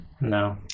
No